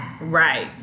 Right